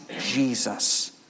Jesus